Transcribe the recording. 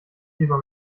lieber